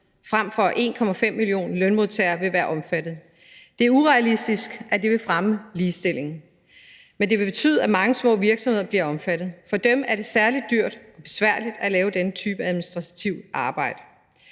frem for 1,5 millioner lønmodtagere vil være omfattet. Det er urealistisk, at det vil fremme ligestillingen, men det vil betyde, at mange små virksomheder bliver omfattet, og for dem er det særlig dyrt og besværligt at lave denne type administrativt arbejde.